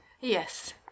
yes